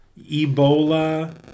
Ebola